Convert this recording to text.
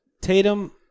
Tatum